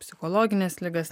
psichologines ligas